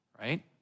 right